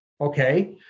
okay